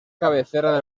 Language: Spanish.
cabecera